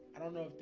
i don't know